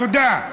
תודה.